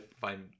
find